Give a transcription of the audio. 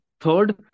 Third